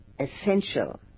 essential